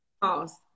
Pause